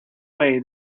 way